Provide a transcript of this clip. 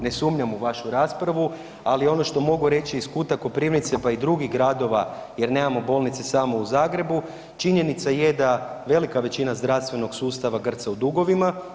Ne sumnjam u vašu raspravu ali ono što mogu reći iz kuta Koprivnice, pa i drugih gradova jer nemamo bolnice samo u Zagrebu, činjenica je da velika većina zdravstvenog sustava grca u dugovima.